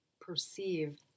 perceive